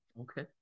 okay